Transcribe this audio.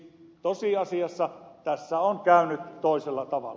siis tosiasiassa tässä on käynyt toisella tavalla